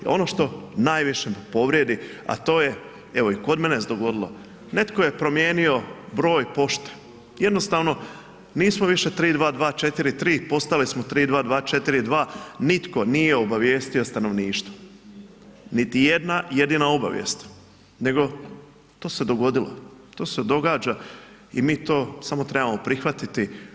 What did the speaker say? Ono što najviše me povrijedi, a to je, evo i kod mene se dogodilo, netko je promijenio broj pošte, jednostavno nismo više 32243, postali smo 32242, nitko nije obavijestio stanovništvo, niti jedna jedina obavijest, nego to se dogodilo, to se događa i mi to samo trebamo prihvatiti.